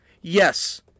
Yes